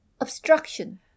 Obstruction